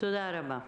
תודה רבה.